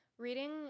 Reading